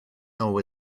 know